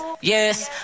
yes